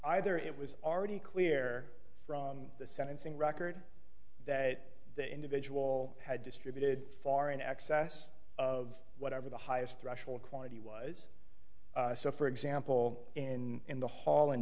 either it was already clear from the sentencing record that the individual had distributed far in excess of whatever the highest threshold quantity was so for example in the hall